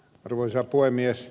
arvoisa puhemies